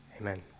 Amen